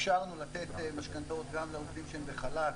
אפשרנו לתת משכנתאות גם לעובדים שהם בחל"ת,